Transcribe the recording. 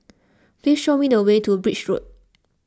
please show me the way to Birch Road